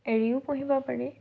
এৰিও পুহিব পাৰি